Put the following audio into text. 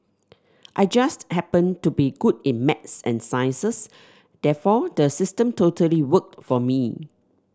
I just happened to be good in maths and sciences therefore the system totally worked for me